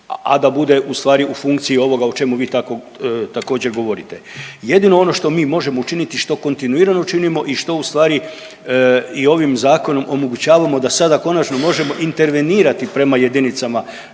a da bude u stvari u funkciji ovoga o čemu vi također govorite. Jedino ono što mi možemo učiniti, što kontinuirano činimo i što u stvari i ovim zakonom omogućavamo da sada konačno možemo intervenirati prema jedinicama